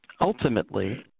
Ultimately